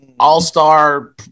All-star